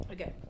Okay